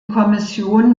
kommission